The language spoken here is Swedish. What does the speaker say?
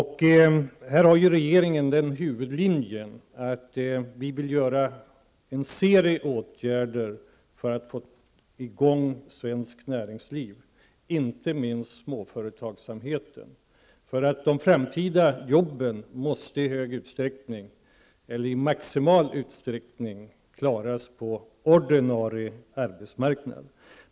Här har regeringen den huvudlinjen att vi vill vidta en serie av åtgärder för att få i gång svenskt näringsliv, inte minst småföretagsamheten, för de framtida jobben måste i maximal utsträckning klaras på den ordinarie arbetsmarknaden.